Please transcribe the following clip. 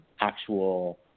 actual